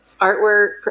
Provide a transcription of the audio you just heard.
artwork